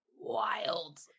Wild